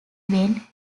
went